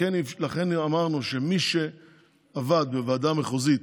לכן אמרנו שמי שעבד בוועדה המחוזית,